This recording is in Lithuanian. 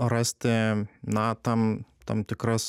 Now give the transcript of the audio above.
rasti na tam tam tikras